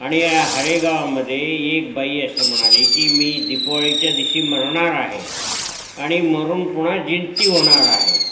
आणि या हरेगावामध्ये एक बाई असं म्हणाली की मी दीपावलीच्या दिवशी मरणार आहे आणि मरून पुन्हा जिवंत होणार आहे